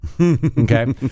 Okay